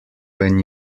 when